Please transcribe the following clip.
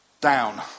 down